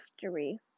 history